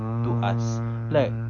ah